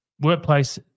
Workplace